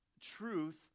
truth